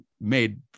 made